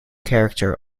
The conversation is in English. character